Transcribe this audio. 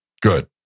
good